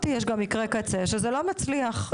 מקרי קצה שזה לא מצליח,